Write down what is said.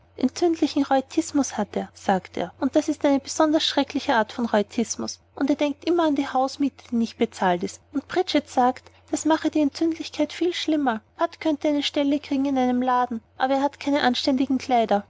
entzündlichen rheu'tismus hat er sagte er und das ist eine besonders schreckliche art von rheu'tismus und er denkt immer an die hausmiete die nicht bezahlt ist und bridget sagt das mache die entzündlichkeit viel schlimmer pat könnte eine stelle kriegen in einem laden aber er hat keine anständigen kleider